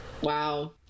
Wow